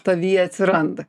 tavyje atsiranda